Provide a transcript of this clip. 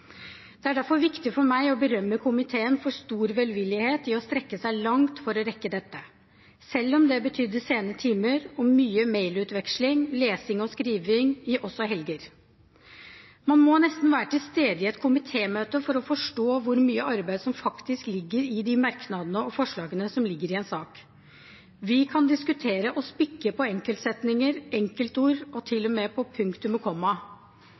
Det er derfor viktig for meg å berømme komiteen for stor velvillighet med hensyn til å strekke seg langt for å rekke dette, selv om det betydde sene timer og mye mailutveksling, lesing og skriving – også i helger. Man må nesten være til stede i et komitémøte for å forstå hvor mye arbeid som ligger i merknadene og forslagene i en sak. Vi kan diskutere og spikke på enkeltsetninger og enkeltord – til og med på punktum